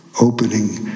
opening